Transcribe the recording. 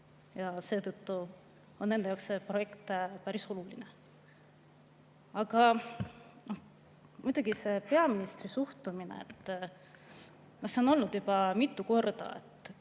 ja seetõttu on nende jaoks see projekt päris oluline. Aga muidugi see peaministri suhtumine [on väljendunud] juba mitu korda